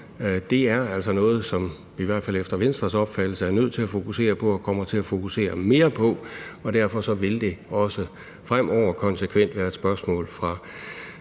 er altså noget, som vi i hvert fald efter Venstres opfattelse er nødt til at fokusere på og kommer til at fokusere mere på. Derfor vil et spørgsmål fremover konsekvent fra vores